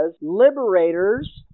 liberators